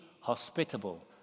hospitable